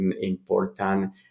important